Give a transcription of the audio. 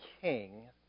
king